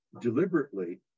deliberately